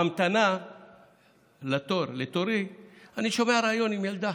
בהמתנה לתורי אני שומע ריאיון עם ילדה.